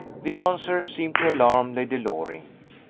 the answer seemed to alarm lady loring.